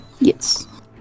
Yes